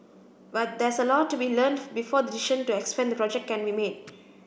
but there's a lot to be learnt before the decision to expand the project can be made